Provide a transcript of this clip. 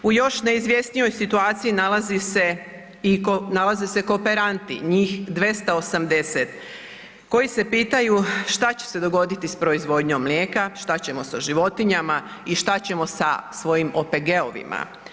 U još ne izvjesnijoj situaciji nalazi se, nalaze se kooperanti njih 280 koji se pitaju šta će se dogoditi s proizvodnjom mlijeka, šta ćemo sa životinjama i šta ćemo sa svojim OPG-ovima.